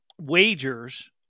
wagers